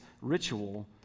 ritual